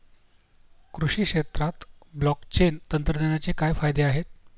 कृषी क्षेत्रात ब्लॉकचेन तंत्रज्ञानाचे काय फायदे आहेत?